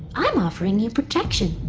i'm offering you protection.